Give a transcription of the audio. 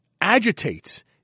Agitates